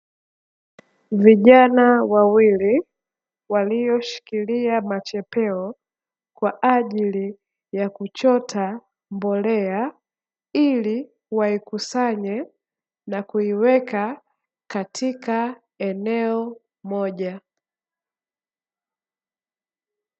Vijana wawili walioshikilia machepeo kwa ajili ya kuchota mbolea, ili waikusanye na kuiweka katika eneo moja.